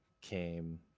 came